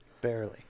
Barely